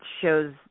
shows